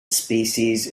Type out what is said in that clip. species